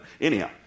Anyhow